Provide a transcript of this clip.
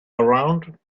around